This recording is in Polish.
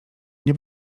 nie